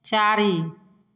चारि